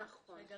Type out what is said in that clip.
נכון.